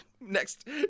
Next